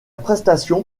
prestation